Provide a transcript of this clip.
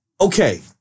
okay